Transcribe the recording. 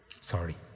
Sorry